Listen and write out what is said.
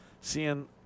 seeing –